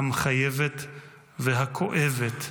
המחייבת והכואבת,